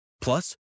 Plus